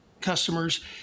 customers